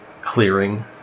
clearing